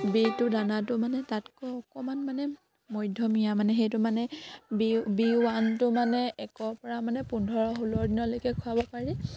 B two দানাটো মানে তাতকৈ অকমান মানে মধ্যমীয়া মানে সেইটো মানে বি ওৱানটো মানে একৰ পৰা মানে পোন্ধৰ ষোল্ল দিনলৈকে খুৱাব পাৰি